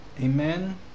Amen